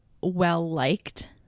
well-liked